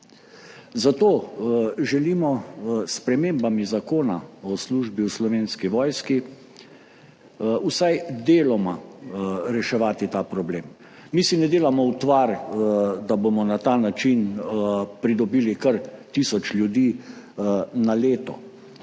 Zato želimo s spremembami Zakona o službi v Slovenski vojski vsaj deloma reševati ta problem. Mi si ne delamo utvar, da bomo na ta način pridobili kar tisoč ljudi na leto,